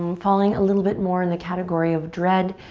um falling a little bit more in the category of dread.